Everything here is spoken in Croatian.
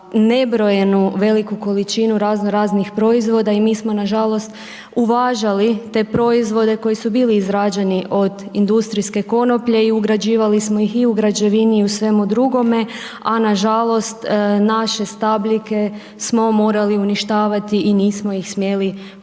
nebrojeno veliku količinu razno raznih proizvoda i mi smo nažalost uvažali te proizvode koji su bili izrađeni od industrijske konoplje i ugrađivali smo ih i u građevini i u svemu drugome, a nažalost naše stabljike smo morali uništava i nismo ih smjeli